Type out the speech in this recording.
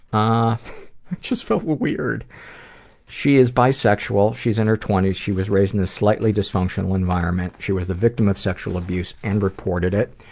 ah just felt weird she is bisexual, she is in her twenties, she was raised in a slightly dysfunctional environment. she was the victim of sexual abuse and reported it.